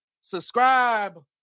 Subscribe